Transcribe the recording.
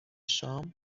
شام